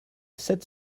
sept